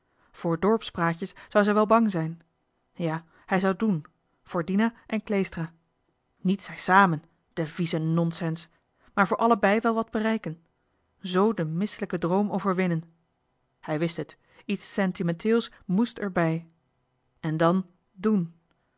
voor dorpspraatjes zou zij wel bang zijn ja hij zou doen voor dina en kleestra niet zij samen de vieze nonsens maar voor allebei wel wat doen z den mis'lijken droom overwinnen hij wist het iets sentimenteels mest erbij en dan den